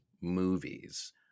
movies